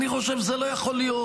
אני חושב שזה לא יכול להיות,